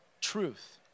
truth